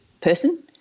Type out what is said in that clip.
person